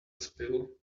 spill